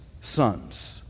sons